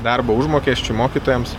darbo užmokesčiui mokytojams